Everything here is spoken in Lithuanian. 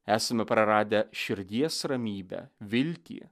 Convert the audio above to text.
esame praradę širdies ramybę viltį